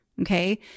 Okay